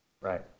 right